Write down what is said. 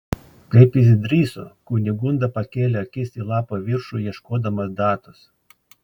kaip jis drįso kunigunda pakėlė akis į lapo viršų ieškodama datos